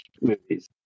movies